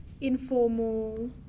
informal